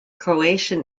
croatian